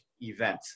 event